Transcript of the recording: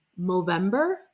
Movember